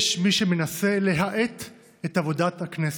יש מי שמנסה להאט את עבודת הכנסת.